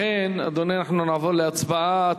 לכן, אדוני, אנחנו נעבור להצבעה.